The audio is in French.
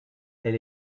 elle